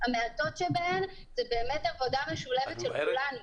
המעטות שבהן זה באמת עבודה משולבת של כולם.